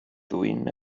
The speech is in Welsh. ddwyn